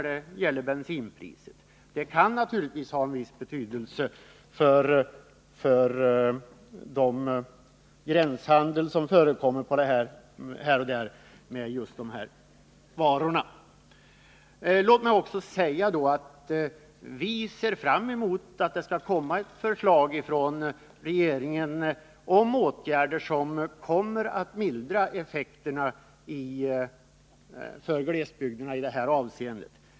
Detta förhållande kan naturligtvis ha viss betydelse för den gränshandel som förekommer här och där med just de här varorna. Låt mig också säga att vi ser fram emot att det skall komma ett förslag från regeringen om åtgärder som kommer att mildra effekterna för folket i glesbygderna i det avseendet.